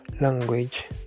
language